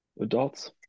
adults